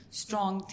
strong